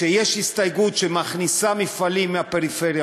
שכשיש הסתייגות שמכניסה מפעלים מהפריפריה,